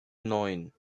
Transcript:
neun